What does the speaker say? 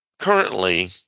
Currently